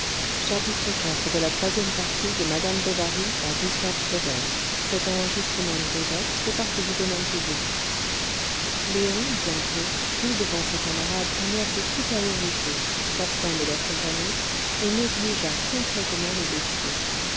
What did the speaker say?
léon bientôt prit devant ses camarades un air de supériorité s'abstint de leur compagnie et négligea complètement les dossiers